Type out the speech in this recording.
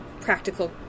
practical